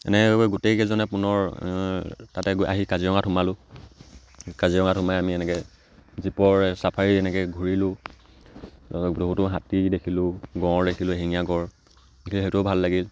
এনে গোটেইকেইজনে পুনৰ তাতে গৈ আহি কাজিৰঙাত সোমালোঁ কাজিৰঙাত সোমাই আমি এনেকৈ জীপৰ ছাফাৰী এনেকৈ ঘূৰিলোঁ তাৰপিছত বহুতো হাতী দেখিলোঁ গঁড় দেখিলোঁ এশিঙীয়া গড় গতিকে সেইটোও ভাল লাগিল